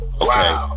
Okay